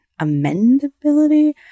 amendability